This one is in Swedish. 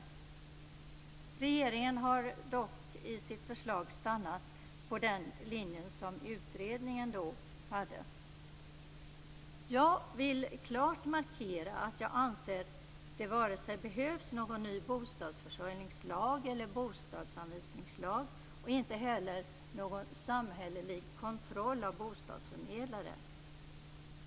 Regeringen har dock i sitt förslag stannat på den linje som utredningen hade. Jag vill klart markera att jag anser att det inte behövs vare sig någon ny bostadsförsörjningslag eller bostadsanvisningslag, inte heller någon samhällelig kontroll av bostadsförmedlare.